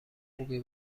خوبی